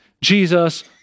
Jesus